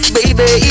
Baby